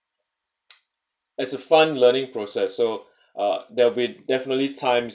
as a fun learning process so uh there'll be definitely times